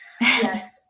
Yes